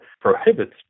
prohibits